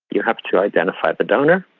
you have to identify the donor,